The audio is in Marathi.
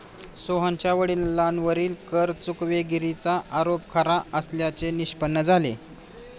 सोहनच्या वडिलांवरील कर चुकवेगिरीचा आरोप खरा असल्याचे निष्पन्न झाले